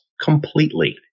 completely